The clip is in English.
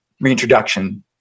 reintroduction